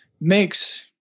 makes